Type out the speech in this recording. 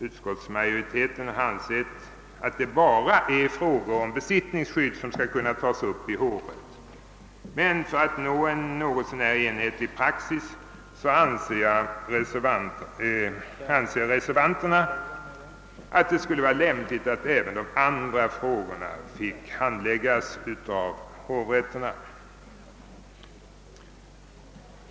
Utskottsmajoriteten har ansett att det bara är frågor om besittningsskydd som skall kunna tas upp i hovrätt, men för att åstadkomma en något så när enhetlig praxis anser reservanterna att det skulle vara lämpligt att även de andra ärendena finge handläggas av hovrätterna.